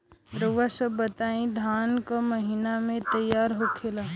रउआ सभ बताई धान क महीना में तैयार होखेला?